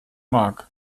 mag